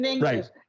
Right